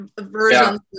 versions